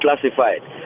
classified